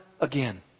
again